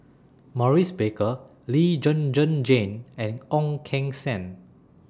Maurice Baker Lee Zhen Zhen Jane and Ong Keng Sen